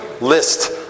list